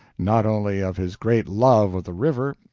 not only of his great love of the river,